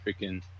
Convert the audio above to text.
freaking